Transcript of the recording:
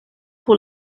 pour